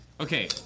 Okay